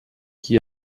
qui